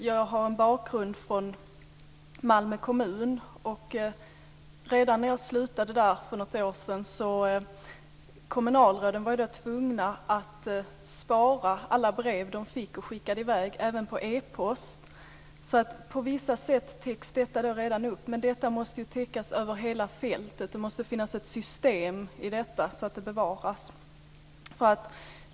Jag har en bakgrund i Malmö kommun. Redan när jag slutade där för något år sedan var kommunalråden tvungna att spara alla brev som de tog emot och skickade, även e-post, så i viss mån täcks detta redan upp, men det måste ju täckas över hela fältet. Det måste finnas ett system i detta så att det bevaras.